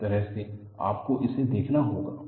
इस तरह से आपको इसे देखना होगा